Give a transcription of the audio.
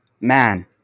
man